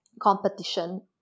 competition